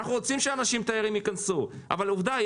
אנחנו רוצים שתיירים ייכנסו אבל עובדה,